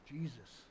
Jesus